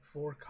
Four